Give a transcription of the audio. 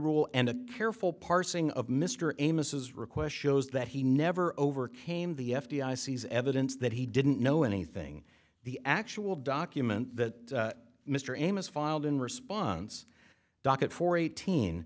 rule and a careful parsing of mr amos is requests shows that he never overcame the f b i sees evidence that he didn't know anything the actual document that mr amos filed in response docket for eighteen